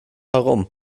herum